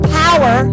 power